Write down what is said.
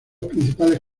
principales